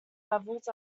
levels